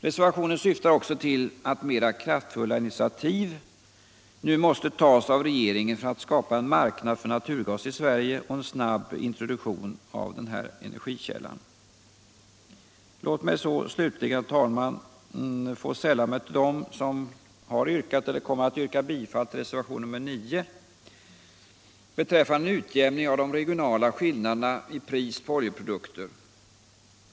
Reservationen syftar också till att mera kraftfulla initiativ nu måste tas av regeringen för att skapa en marknad för naturgas i Sverige och en snabb introduktion av denna energikälla. Låt mig så slutligen, herr talman, få sälla mig till dem som har yrkat eller kommer att yrka bifall till reservationen 9 beträffande en utjämning av de regionala skillnaderna i pris på oljeprodukter.